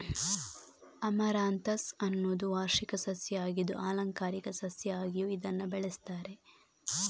amaranthus ಅನ್ನುದು ವಾರ್ಷಿಕ ಸಸ್ಯ ಆಗಿದ್ದು ಆಲಂಕಾರಿಕ ಸಸ್ಯ ಆಗಿಯೂ ಇದನ್ನ ಬೆಳೆಸ್ತಾರೆ